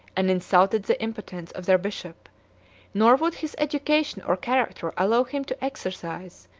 and insulted the impotence, of their bishop nor would his education or character allow him to exercise,